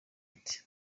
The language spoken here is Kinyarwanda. ati